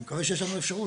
אני מקווה שיש לנו אפשרות,